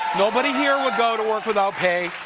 nobody here would go to work without pay.